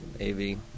AV